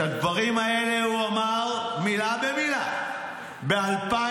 את הדברים האלה הוא אמר מילה במילה ב-2006,